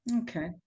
okay